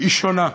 היא שונה.